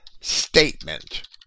statement